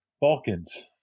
Balkans